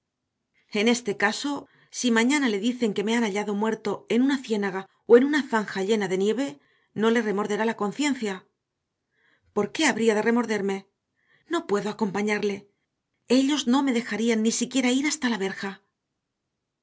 en este caso si mañana le dicen que me han hallado muerto en una ciénaga o en una zanja llena de nieve no le remorderá la conciencia por qué habría de remorderme no puedo acompañarle ellos no me dejarían ni siquiera ir hasta la verja